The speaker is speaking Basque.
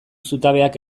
zutabeak